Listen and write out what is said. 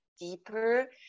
deeper